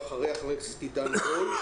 ואחריה חבר הכנסת עידן רול.